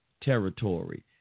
territory